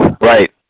right